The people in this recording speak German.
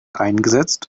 eingesetzt